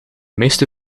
meeste